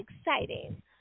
exciting